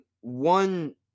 one